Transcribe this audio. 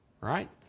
right